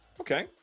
Okay